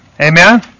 Amen